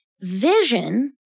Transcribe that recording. vision